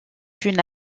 une